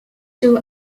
two